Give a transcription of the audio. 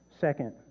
Second